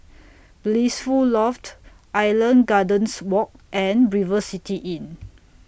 Blissful Loft Island Gardens Walk and River City Inn